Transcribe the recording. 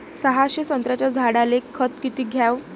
सहाशे संत्र्याच्या झाडायले खत किती घ्याव?